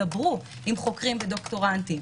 דברו עם חוקרים ודוקטורנטים